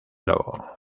lobo